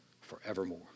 forevermore